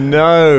no